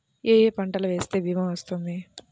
ఏ ఏ పంటలు వేస్తే భీమా వర్తిస్తుంది?